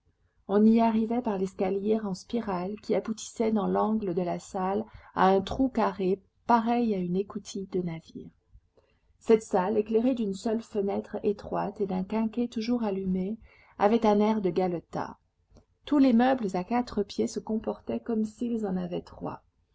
on y arrivait par l'escalier en spirale qui aboutissait dans l'angle de la salle à un trou carré pareil à une écoutille de navire cette salle éclairée d'une seule fenêtre étroite et d'un quinquet toujours allumé avait un air de galetas tous les meubles à quatre pieds se comportaient comme s'ils en avaient trois